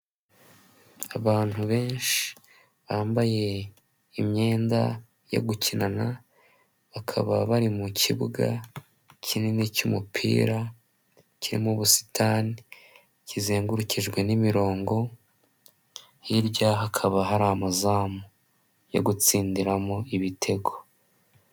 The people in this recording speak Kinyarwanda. Abantu benshi bambaye imyenda yo gukinana bakaba bari mu kibuga kinini cy'umupira kirimo ubusitani kizengurukijwe n'imirongo, hirya hakaba hari amazamu yo gutsindiramo ibitego.